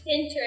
Pinterest